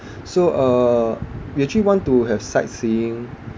so uh we actually want to have sightseeing